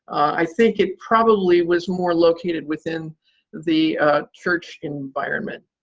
i think it probably was more located within the church environment.